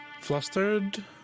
flustered